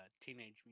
Teenage